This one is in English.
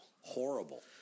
Horrible